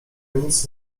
nic